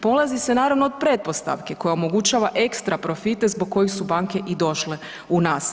Polazi se naravno od pretpostavke koja omogućava ekstra profite zbog kojih su banke i došle u nas.